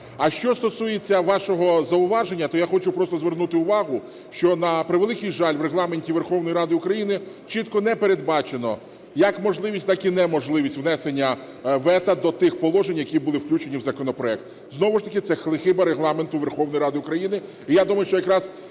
А що стосується вашого зауваження, то я хочу просто звернути увагу, що, на превеликий жаль, в Регламенті Верховної Ради України чітко не передбачено як можливість, так і неможливість внесення вето до тих положень, які були включені в законопроект. Знову ж таки це хиба Регламенту Верховної Ради України.